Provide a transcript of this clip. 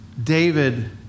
David